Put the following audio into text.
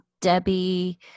debbie